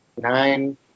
nine